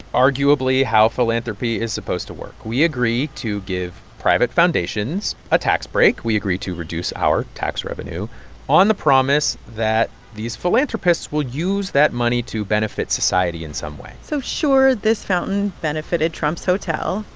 arguably, how philanthropy is supposed to work. we agree to give private foundations a tax break. we agree to reduce our tax revenue on the promise that these philanthropists will use that money to benefit society in some way so sure, this fountain benefited trump's hotel,